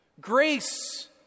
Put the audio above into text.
grace